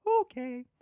Okay